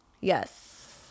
Yes